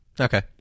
Okay